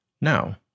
Now